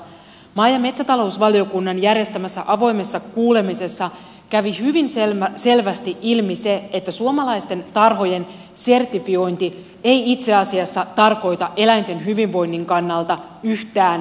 maa ja metsätalousvaliokunnan järjestämässä avoimessa kuulemisessa kävi hyvin selvästi ilmi se että suomalaisten tarhojen sertifiointi ei itse asiassa tarkoita eläinten hyvinvoinnin kannalta yhtään mitään